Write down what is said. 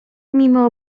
mimo